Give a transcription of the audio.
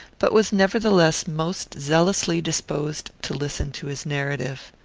but was nevertheless most zealously disposed to listen to his narrative.